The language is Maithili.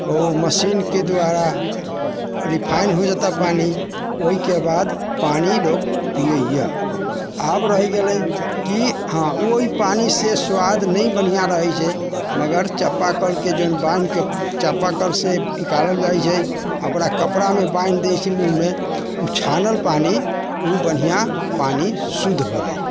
ओ मशीनके द्वारा रिफाइन हो जेतऽ पानि ओइके बाद पानि लोक पियै यऽ आब रहि गेलै कि हँ ओइ पानिसँ स्वाद नहि बढ़िआँ रहै छै मगर चापा कलके जोन बान्हिके चापा कलसँ इकालल जाइ छै आओर ओकरा कपड़ामे बान्हि दै छै मुँहमे उ छानल पानि उ बढ़िआँ पानि शुद्ध भेलै